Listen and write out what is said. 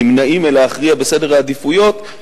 נמנעים מלהכריע בסדר העדיפויות,